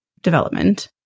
development